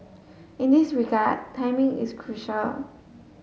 in this regard timing is crucial